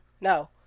No